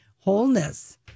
wholeness